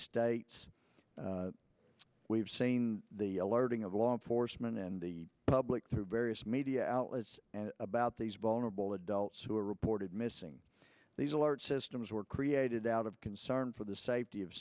states we've seen the alerting of law enforcement and the public through various media outlets about these bones all adults who are reported missing these alert systems were created out of concern for the safety of